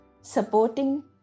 supporting